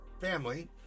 family